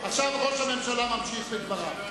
עכשיו, ראש הממשלה ממשיך בדבריו.